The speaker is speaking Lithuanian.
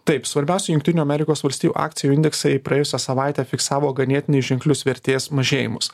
taip svarbiausių jungtinių amerikos valstijų akcijų indeksai praėjusią savaitę fiksavo ganėtinai ženklius vertės mažėjimus